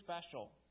special